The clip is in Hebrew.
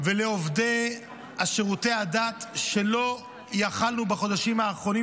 ולעובדי שירותי הדת שלא יכולנו לתקצב בחודשים האחרונים,